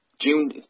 June